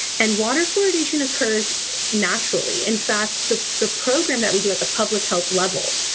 and water fluoridation occurs naturally. in fact, the the program that we do at the public health level,